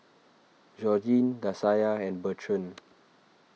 Georgine Dasia and Bertrand